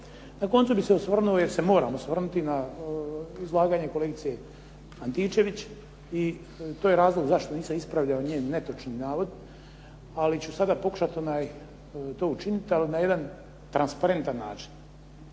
Na koncu bih se osvrnuo jer se moram osvrnuti na izlaganje kolegice Antičević i to je razlog zašto nisam ispravljao njen netočni navod ali ću sad pokušati to učiniti, ali na jedan transparentan način.